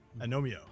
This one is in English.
Anomio